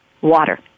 Water